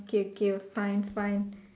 okay okay fine fine